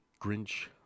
Grinch